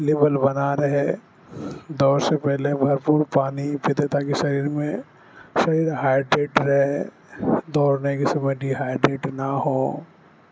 level بنا رہے دوڑ سے پہلے بھرپور پانی پیتے تاکہ شریر میں شریر ہائیڈریٹ رہے دوڑنے کے سمے ڈی ہائڈریٹ نہ ہو